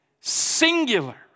singular